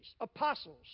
apostles